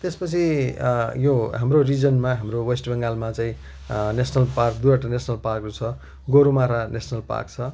त्यस पछि यो हाम्रो रिजनमा हाम्रो वेस्ट बेङ्गलमा चाहिँ नेसनल पार्क दुइवटा नेसनल पार्कहरू छ गोरुमारा नेसनल पार्क छ